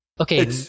Okay